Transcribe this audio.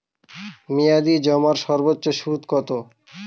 মেয়াদি জমার সর্বোচ্চ সুদ কতো?